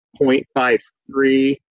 0.53